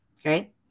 okay